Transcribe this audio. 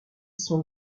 sont